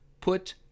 put